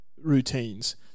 routines